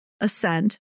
ascend